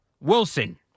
Wilson